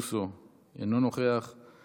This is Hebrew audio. למוסד את הנתונים על אודות הסטודנטים